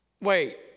wait